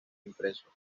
impreso